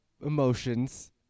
emotions